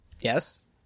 Yes